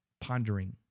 pondering